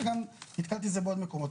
וגם נתקלתי בעוד מקומות.